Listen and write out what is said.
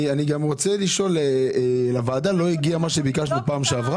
לא הגיע מה שביקשנו בפעם שעברה?